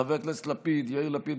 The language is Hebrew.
חבר הכנסת יאיר לפיד,